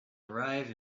arrive